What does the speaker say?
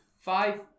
five